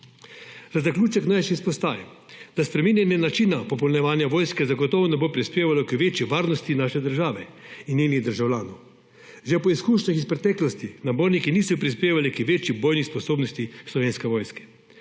Za zaključek naj še izpostavim, da spreminjanje načina popolnjevanja vojske zagotovo ne bo prispevalo k večji varnosti naše države in njenih državljanov. Že po izkušnjah iz preteklosti naborniki niso prispevali k večji bojni sposobnosti Slovenske vojske.